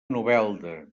novelda